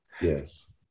Yes